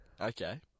Okay